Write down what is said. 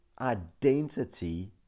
identity